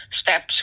steps